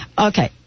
Okay